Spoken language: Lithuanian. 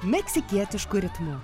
meksikietišku ritmu